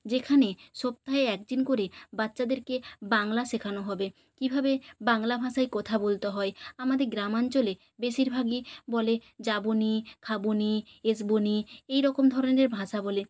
যেখানে সপ্তাহে এক দিন করে বাচ্চাদেরকে বাংলা শেখানো হবে কীভাবে বাংলা ভাষায় কথা বলতে হয় আমাদের গ্রামাঞ্চলে বেশিরভাগই বলে যাবো নি খাবো নি এসবো নি এই রকম ধরণের ভাষা বলে